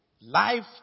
life